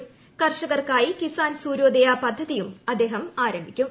സംസ്ഥാനത്തെ കർഷകർക്കായി കിസാൻ സൂര്യോദയ പദ്ധതിയും അദ്ദേഹം ആരംഭിക്കും